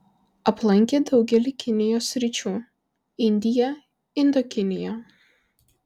aplankė daugelį kinijos sričių indiją indokiniją